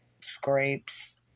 scrapes